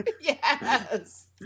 Yes